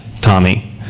Tommy